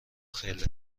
خیلی